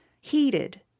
heated